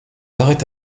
arrête